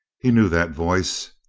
he knew that voice.